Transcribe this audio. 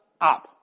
up